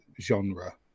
genre